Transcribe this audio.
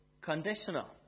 conditional